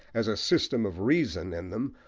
as a system of reason in them,